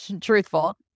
truthful